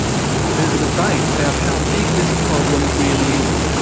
there's a debate about how big this problem really is,